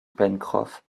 pencroff